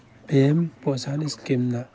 ꯄꯦꯝ Poshan ꯁ꯭ꯀꯤꯝꯅ